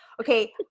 Okay